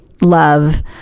love